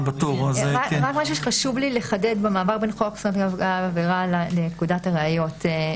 חשוב לי לחדד במעבר בין חוק זכויות נפגעי עבירה לפקודת הראיות,